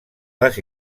les